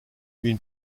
une